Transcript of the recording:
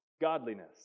godliness